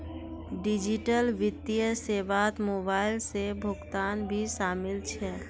digital वित्तीय सेवात mobile से भुगतान भी शामिल छे